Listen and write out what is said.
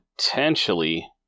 potentially